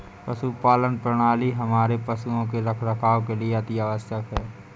पशुपालन प्रणाली हमारे पशुओं के रखरखाव के लिए अति आवश्यक है